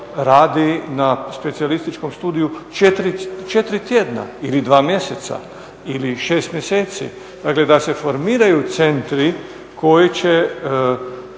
radi na specijalističkom studiju 4 tjedna ili 2 mjeseca ili 6 mjeseci. Dakle, da se formiraju centri koji će